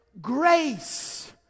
grace